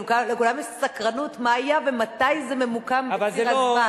לכולם יש סקרנות מה היה ומתי זה ממוקם בציר הזמן.